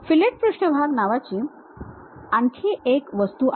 fillet पृष्ठभाग नावाची आणखी एक वस्तू आहे